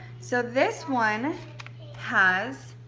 so this one has,